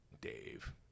Dave